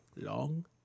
long